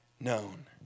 known